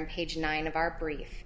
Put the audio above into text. on page nine of our brief